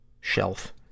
shelf